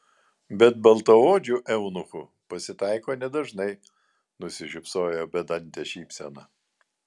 bet baltaodžių eunuchų pasitaiko nedažnai nusišypsojo bedante šypsena